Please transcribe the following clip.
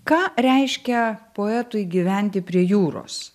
ką reiškia poetui gyventi prie jūros